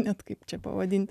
net kaip čia pavadinti